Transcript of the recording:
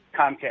Comcast